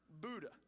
Buddha